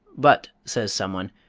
but, says someone,